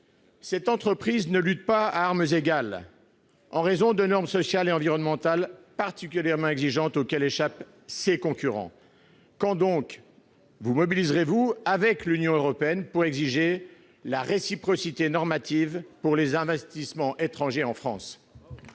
cette entreprise ne lutte pas à armes égales, en raison de normes sociales et environnementales particulièrement exigeantes auxquelles échappent ses concurrents. Quand donc vous mobiliserez-vous avec l'Union européenne pour exiger la réciprocité normative pour les investissements étrangers en France ?